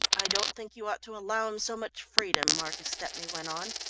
i don't think you ought to allow him so much freedom, marcus stepney went on.